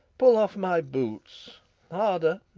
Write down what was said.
pull off my boots harder,